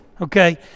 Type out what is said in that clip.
Okay